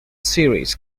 series